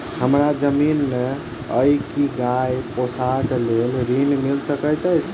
हमरा जमीन नै अई की गाय पोसअ केँ लेल ऋण मिल सकैत अई?